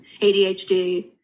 ADHD